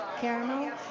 caramel